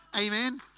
Amen